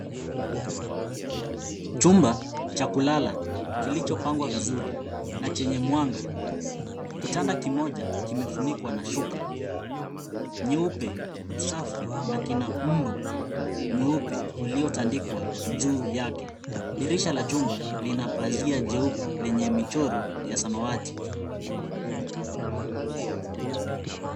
Chumba Cha kulala kilichopangwa vizuri na chenye mwanga kitanda kimoja kimefunikwa na shuka nyeupe safi na kina mbu mweupe uliotandikwa juu yake dirisha la chumba lina pasia cheupe lenye michoro ya samawati.